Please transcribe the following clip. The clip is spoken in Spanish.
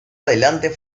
adelante